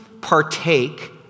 partake